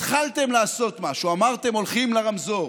התחלתם לעשות משהו, אמרתם: הולכים לרמזור,